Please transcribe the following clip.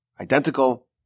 identical